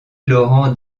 laurent